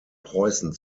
preußen